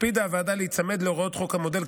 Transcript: הקפידה הוועדה להיצמד להוראות חוק המודל,